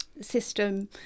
system